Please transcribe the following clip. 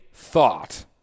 thought